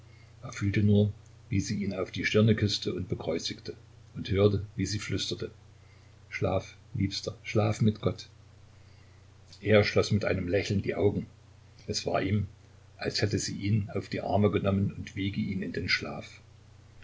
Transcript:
er fühlte nur wie sie ihn auf die stirne küßte und bekreuzigte und hörte wie sie flüsterte schlaf liebster schlaf mit gott er schloß mit einem lächeln die augen es war ihm als hätte sie ihn auf die arme genommen und wiege ihn in den schlaf